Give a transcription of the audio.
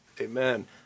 Amen